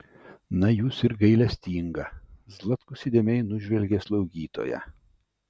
na jūs ir gailestinga zlatkus įdėmiai nužvelgė slaugytoją